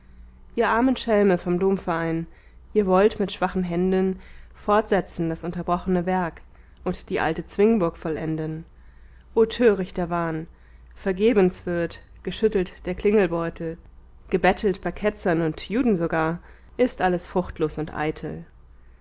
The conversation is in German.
ihr armen schelme vom domverein ihr wollt mit schwachen händen fortsetzen das unterbrochene werk und die alte zwingburg vollenden o törichter wahn vergebens wird geschüttelt der klingelbeutel gebettelt bei ketzern und juden sogar ist alles fruchtlos und eitel